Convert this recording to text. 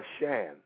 Shan